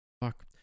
Fuck